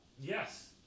Yes